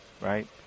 right